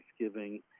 Thanksgiving